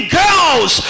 girls